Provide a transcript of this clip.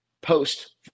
post